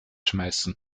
schmeißen